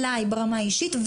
אליי ברמת האישית,